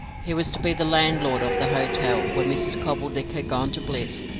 he was to be the landlord of the hotel, when mrs. cobbledick had gone to bliss,